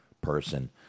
person